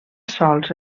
sols